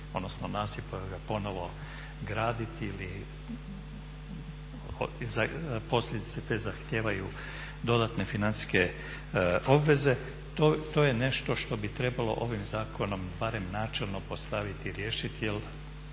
odnosno nasip pa ga ponovno graditi ili posljedice te zahtijevaju dodatne financijske obveze to je nešto što bi trebalo ovim zakonom barem načelno postaviti i riješiti.